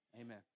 Amen